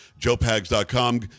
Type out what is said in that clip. JoePags.com